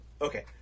Okay